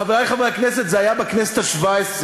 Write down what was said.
חברי חברי הכנסת, זה היה בכנסת השבע-עשרה,